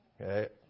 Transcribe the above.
Okay